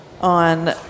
on